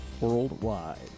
worldwide